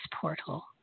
portal